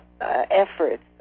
efforts